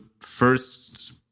first